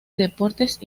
deportes